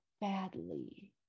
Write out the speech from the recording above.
badly